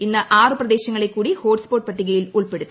ഇന്ന് ആറ് പ്രദേശങ്ങളെ കൂടി ഹോട്ട്സ് പോട്ട് പട്ടികയിൽ ഉൾപ്പെടുത്തി